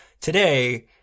today